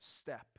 step